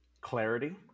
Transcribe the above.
clarity